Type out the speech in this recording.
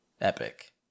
epic